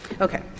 Okay